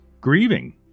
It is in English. grieving